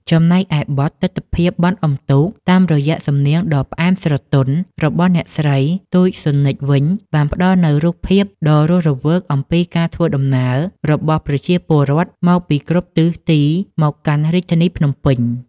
ចំណែកឯបទ «ទិដ្ឋភាពបុណ្យអ៊ុំទូក» តាមរយៈសំនៀងដ៏ផ្អែមស្រទន់របស់អ្នកស្រី ទូច ស៊ុននិច វិញ បានផ្តល់នូវរូបភាពដ៏រស់រវើកអំពីការធ្វើដំណើររបស់ប្រជាពលរដ្ឋមកពីគ្រប់ទិសទីមកកាន់រាជធានីភ្នំពេញ។